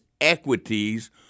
equities